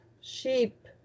sheep